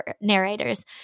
narrators